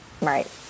Right